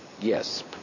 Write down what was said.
yes